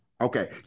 Okay